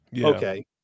Okay